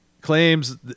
claims